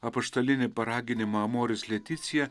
apaštalinį paraginimą amoris leticija